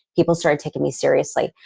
people start taking me seriously.